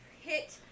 hit